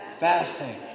fasting